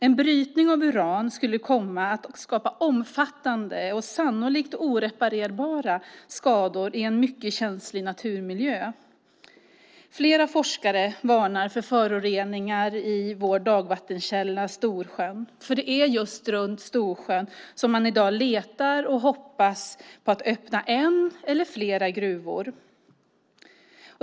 En brytning av uran skulle skapa omfattande och sannolikt oreparerbara skador i en mycket känslig naturmiljö. Flera forskare varnar för föroreningar i vår dagvattenkälla, Storsjön. Det är just runt Storsjön som man i dag letar och hoppas på att kunna öppna en eller flera gruvor.